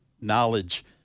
knowledge